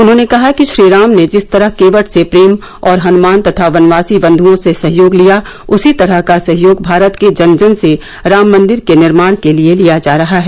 उन्होंने कहा कि श्रीराम ने जिस तरह केवट से प्रेम और हनुमान तथा वनवासी बन्धुओं से सहयोग लिया उसी तरह का सहयोग भारत के जन जन से राम मन्दिर के निर्माण के लिए लिया जा रहा है